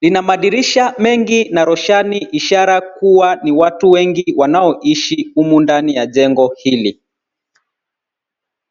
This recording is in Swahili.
Lina madisrisha mengi na roshani ishara kuwa ni watu wengi wanaoishi humo ndani ya jengo hili.